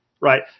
Right